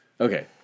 Okay